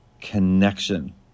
connection